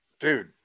Dude